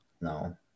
No